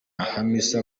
hamisa